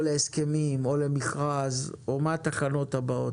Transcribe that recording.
או להסכמים או למכרז או מה התחנות הבאות?